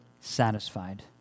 satisfied